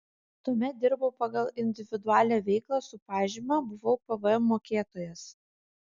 tuomet dirbau pagal individualią veiklą su pažyma buvau pvm mokėtojas